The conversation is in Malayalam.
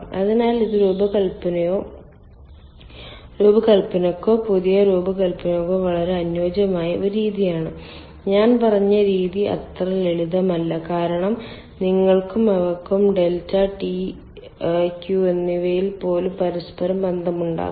അതിനാൽ ഇത് രൂപകൽപ്പനയ്ക്കോ പുതിയ രൂപകൽപ്പനയ്ക്കോ വളരെ അനുയോജ്യമായ ഒരു രീതിയാണ് ഞാൻ പറഞ്ഞ രീതി അത്ര ലളിതമല്ല കാരണം നിങ്ങൾക്കും അവയ്ക്കും ഡെൽറ്റ ടി ക്യൂ എന്നിവയിൽ പോലും പരസ്പരം ബന്ധമുണ്ടാകാം